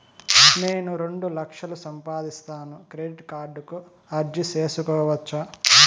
నేను రెండు లక్షలు సంపాదిస్తాను, క్రెడిట్ కార్డుకు అర్జీ సేసుకోవచ్చా?